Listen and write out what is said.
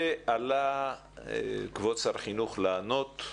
עלה כבוד שר החינוך לענות,